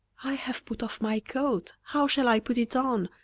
i have put off my coat how shall i put it on?